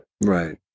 Right